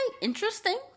interesting